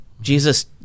Jesus